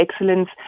excellence